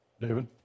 David